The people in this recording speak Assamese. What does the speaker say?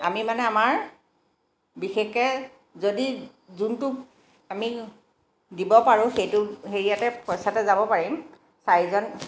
আমি মানে আমাৰ বিশেষকৈ যদি যোনটো আমি দিব পাৰোঁ সেইটো হেৰিয়াতে পইচাতে যাব পাৰিম চাৰিজন